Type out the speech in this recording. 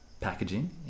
packaging